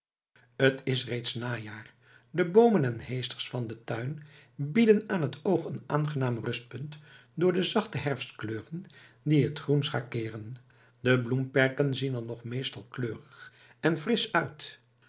t is reeds najaar de boomen en heesters van den tuin bieden aan t oog een aangenaam rustpunt door de zachte herfstkleuren die het groen schakeeren de bloemperken zien er nog meestal kleurig en frisch uit